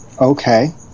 Okay